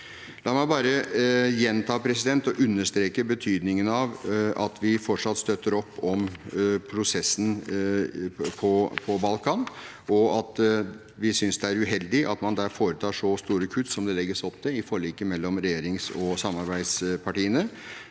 La meg bare gjenta og understreke betydningen av at vi fortsatt støtter opp om prosessen på Balkan, og at vi synes det er uheldig at man der foretar så store kutt som det legges opp til i forliket mellom regjerings- og samarbeidspartiene,